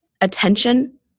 attention